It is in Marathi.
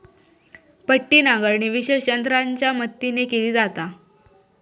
पट्टी नांगरणी विशेष यंत्रांच्या मदतीन केली जाता